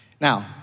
Now